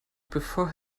before